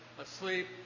asleep